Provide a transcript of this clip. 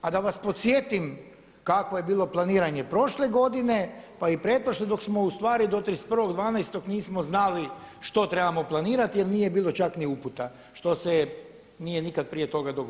A da vas podsjetim kakvo je bilo planiranje prošle godine pa i pretprošle dok smo u stvari do 31.12. nismo znali što trebamo planirati jer nije bilo čak ni uputa što se nije nikad prije toga dogodilo.